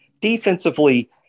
Defensively